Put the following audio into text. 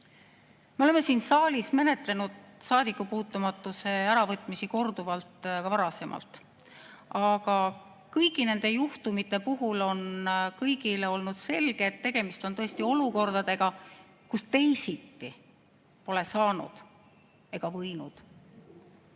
Me oleme siin saalis menetlenud saadikupuutumatuse äravõtmisi korduvalt ka varasemalt, aga kõigi nende juhtumite puhul on kõigile olnud selge, et tegemist on tõesti olukorraga, kus teisiti pole saanud ega võinud.